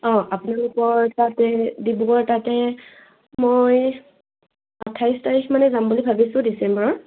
অঁ আপোনালোকৰ তাতে ডিব্ৰুগড় তাতে মই আঠাইছ তাৰিখ মানে যাম বুলি ভাবিছোঁ ডিচেম্বৰৰ